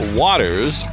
waters